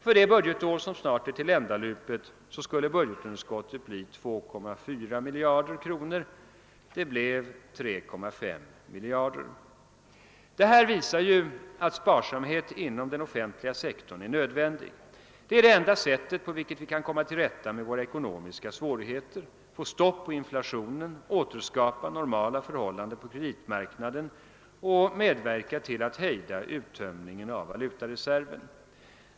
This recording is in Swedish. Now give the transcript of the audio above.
För det budgetår som snart är tilländalupet skulle budgetunderskottet bli 2 490 miljoner; det blev 3 510 miljoner kronor. Detta visar att sparsamhet inom den offentliga sektorn är nödvändig. Det är det enda sätt på vilket vi kan komma till rätta med våra ekonomiska svårigheter: få stopp på inflationen, återskapa normala förhållanden på kreditmarknaden och hejda uttömningen av valutareserven.